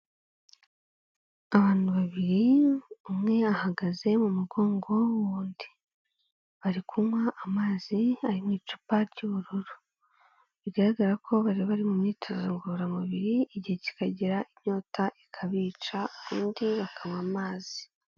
Abantu babiri umwe ahagaze mu mugongo w'undi, bari kunywa amazi ari mu icupa ry'ubururu, bigaragara ko bari bari mu myitozo ngororamubiri igihe kikagera inyota ikabica ubundi bakanywa amazi.